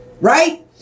right